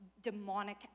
demonic